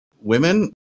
women